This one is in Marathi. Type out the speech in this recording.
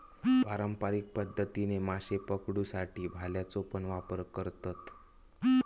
पारंपारिक पध्दतीन माशे पकडुसाठी भाल्याचो पण वापर करतत